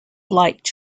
light